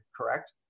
Correct